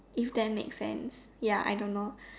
if that makes sense ya I don't know